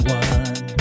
one